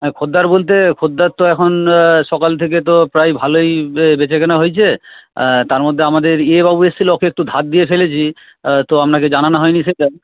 হ্যাঁ খদ্দের বলতে খদ্দের তো এখন সকাল থেকে তো প্রায় ভালোই বেচাকেনা হয়েছে তার মধ্যে আমাদের ইয়ে বাবু এসছিল ওকে একটু ধার দিয়ে ফেলেছি তো আপনাকে জানানো হয়নি সেইটা